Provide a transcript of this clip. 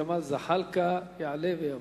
חבר הכנסת ג'מאל זחאלקה יעלה ויבוא.